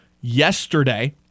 yesterday